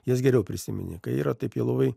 jas geriau prisimeni kai yra taip labai